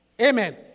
Amen